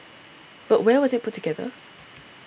but where was it put together